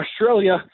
Australia